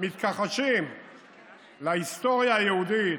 מתכחשים להיסטוריה היהודית